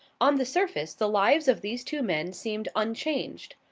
on the surface, the lives of these two men seemed unchanged.